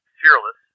fearless